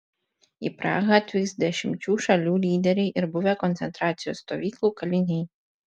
į prahą atvyks dešimčių šalių lyderiai ir buvę koncentracijos stovyklų kaliniai